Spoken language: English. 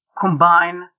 combine